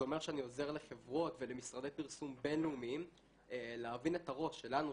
זה אומר שאני עוזר לחברות ולמשרדי פרסום בינלאומיים להבין את הראש שלנו,